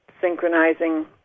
synchronizing